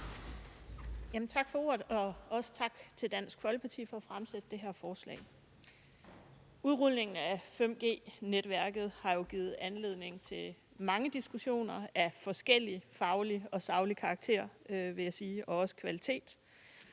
Tak for ordet, og også tak til Dansk Folkeparti for at fremsætte det her forslag. Udrulningen af 5G-netværket har jo givet anledning til mange diskussioner af forskellig faglig og saglig karakter og også af forskellig kvalitet,